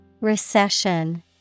Recession